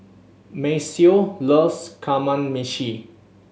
Maceo loves Kamameshi